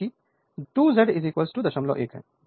तो 2 Z 01 है